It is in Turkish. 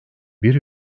bir